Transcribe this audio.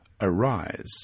arise